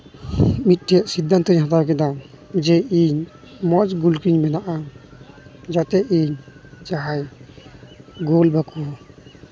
ᱢᱤᱫᱴᱮᱱ ᱥᱤᱫᱽᱫᱷᱟᱱᱛᱚᱧ ᱦᱟᱛᱟᱣ ᱠᱮᱫᱟ ᱡᱮ ᱤᱧ ᱢᱚᱡᱽ ᱜᱩᱞᱠᱤᱧ ᱵᱮᱱᱟᱜᱼᱟ ᱡᱟᱛᱮ ᱤᱧ ᱡᱟᱦᱟᱸᱭ ᱜᱳᱞ ᱵᱟᱠᱚ